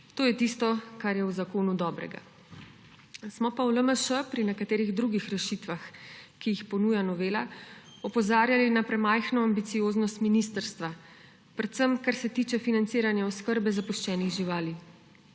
To je tisto, kar je v zakonu dobrega. Smo pa v LMŠ pri nekaterih drugih rešitvah, ki jih ponuja novela, opozarjali na premajhno ambicioznost ministrstva, predvsem kar se tiče financiranja oskrbe zapuščenih živali.